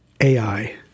ai